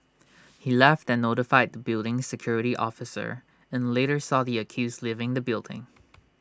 he left and notified the building's security officer and later saw the accused leaving the building